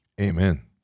Amen